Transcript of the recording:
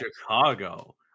Chicago